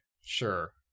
sure